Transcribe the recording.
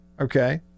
Okay